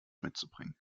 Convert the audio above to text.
mitzubringen